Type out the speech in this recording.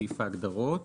סעיף ההגדרות,